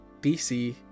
dc